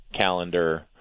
calendar